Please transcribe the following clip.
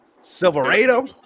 Silverado